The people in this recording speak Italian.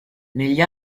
negli